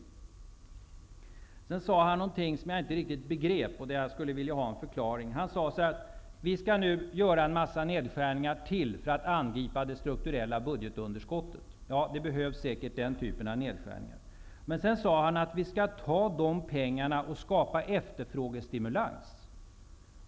Sedan sade han någonting som jag inte riktigt begrep. Jag skulle vilja ha en förklaring. Wachtmeister sade att vi skall göra ytterligare nedskärningar för att angripa det strukturella budgetunderskottet. Den typen av nedskärningar behövs säkert. Men sedan sade han att vi skall ta de pengarna och skapa efterfrågestimulans.